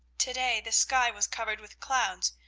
to-day the sky was covered with clouds,